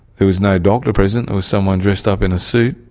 there was no doctor present, it was someone dressed up in a suit.